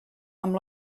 amb